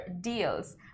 deals